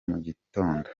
mugitondo